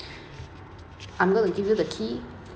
I'm going to give you the key